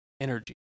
energy